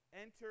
enter